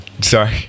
Sorry